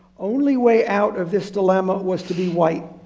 only way out of this dilemma was to be white.